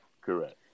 Correct